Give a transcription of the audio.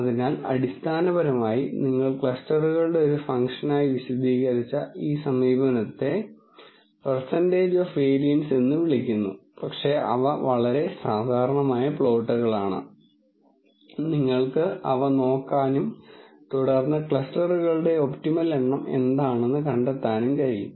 അതിനാൽ അടിസ്ഥാനപരമായി നിരവധി ക്ലസ്റ്ററുകളുടെ ഒരു ഫംഗ്ഷനായി വിശദീകരിച്ച ഈ സമീപനത്തെ പെർസെൻന്റെജ് ഓഫ് വേരിയൻസ് എന്ന് വിളിക്കുന്നു പക്ഷേ അവ വളരെ സാധാരണമായ പ്ലോട്ടുകളാണ് നിങ്ങൾക്ക് അവ നോക്കാനും തുടർന്ന് ക്ലസ്റ്ററുകളുടെ ഒപ്റ്റിമൽ എണ്ണം എന്താണെന്ന് കണ്ടെത്താനും കഴിയും